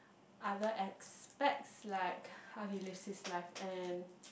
other aspects like how he lives his life and